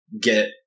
get